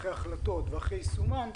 אחרי החלטות ואחרי יישומן,